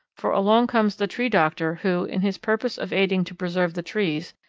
for along comes the tree doctor, who, in his purpose of aiding to preserve the trees,